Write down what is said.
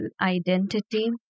identity